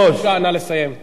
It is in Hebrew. אני אומר לך, אדוני היושב-ראש,